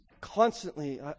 constantly